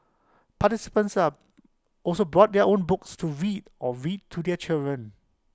participants are also brought their own books to read or read to their children